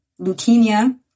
leukemia